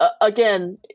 again